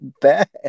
bad